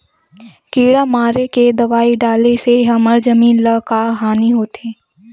किड़ा मारे के दवाई डाले से हमर जमीन ल का हानि होथे?